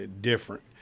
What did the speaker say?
Different